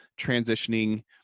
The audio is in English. transitioning